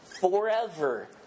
forever